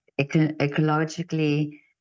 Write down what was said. ecologically